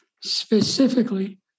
specifically